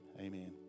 Amen